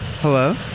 Hello